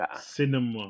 Cinema